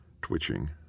twitching